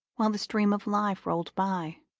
while the stream of life rolled by.